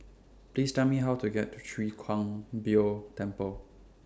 Please Tell Me How to get to Chwee Kang Beo Temple